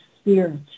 spirit